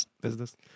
business